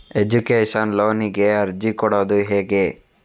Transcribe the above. Education ಲೋನಿಗೆ ಅರ್ಜಿ ಕೊಡೂದು ಹೇಗೆ?